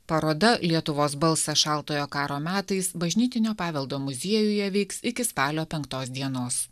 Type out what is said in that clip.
paroda lietuvos balsas šaltojo karo metais bažnytinio paveldo muziejuje veiks iki spalio penktos dienos